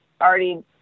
already